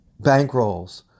bankrolls